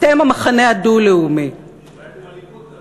אתם המחנה הדו-לאומי, אולי, הליכוד,